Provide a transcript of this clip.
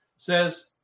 says